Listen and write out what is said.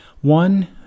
One